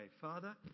Father